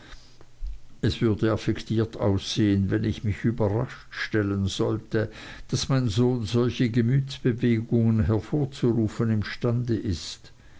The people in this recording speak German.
es würde affektiert aussehen wenn ich mich überrascht stellen sollte daß mein sohn solche gemütsbewegungen hervorzurufen imstande ist